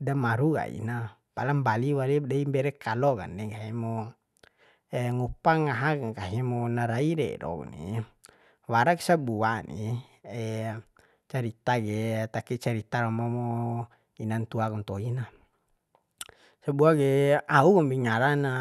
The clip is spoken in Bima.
Demaru kaina palam mbali walip dei mbere kalo kande nggahi mu ngupa ngahak nggahi mu na rai rero kuni warak sabua ni cerita ke taki cerita romo mo inan ntua kum ntoi na sabua ke au kombi ngara na